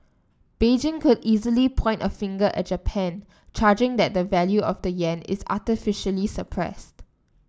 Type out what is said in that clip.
Beijing could easily point a finger at Japan charging that the value of the Yen is artificially suppressed